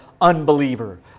unbeliever